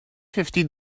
fifty